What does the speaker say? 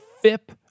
FIP